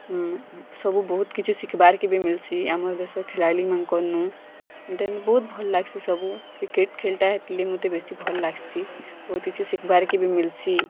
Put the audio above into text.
ସବୁ ବହୁତ କିଛି ଶିଖିବାର୍ କେ ମିଲ୍ସି ଆମ ଦେଶ ଖେଲାଲିମାନଙ୍କର୍ ନୁ ଦେନ୍ ବହୁତ୍ ଭଲ ଲାଗ୍ସି ସବୁ କ୍ରିକେଟ୍ ଖେଲ୍ଟା ହେତି ଲାଗି ମୋତେ ବେଶୀ ଭଲ୍ ଲାଗ୍ସି ବହୁତ କିଛି ଶିଖିବାର୍ ମିଲ୍ସି